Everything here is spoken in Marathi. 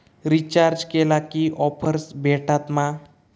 रिचार्ज केला की ऑफर्स भेटात मा?